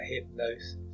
hypnosis